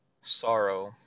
sorrow